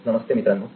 नमस्ते मित्रांनो